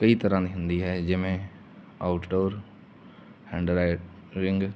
ਕਈ ਤਰ੍ਹਾਂ ਦੀ ਹੁੰਦੀ ਹੈ ਜਿਵੇਂ ਆਊਟਡੋਰ ਹੈਂਡਰਾਈਟਰਿੰਗ